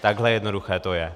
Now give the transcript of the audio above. Takhle jednoduché to je.